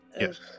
Yes